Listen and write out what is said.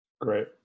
Great